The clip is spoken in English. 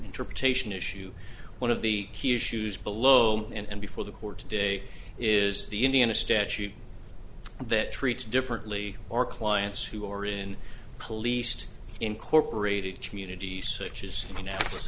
interpretation issue one of the key issues below and before the court today is the indiana statute that treats differently or clients who are in policed incorporated community searches a